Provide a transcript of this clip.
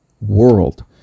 world